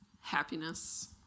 Happiness